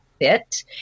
fit